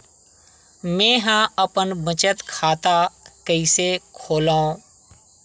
मेंहा अपन बचत खाता कइसे खोलव?